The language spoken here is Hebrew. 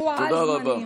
תודה רבה.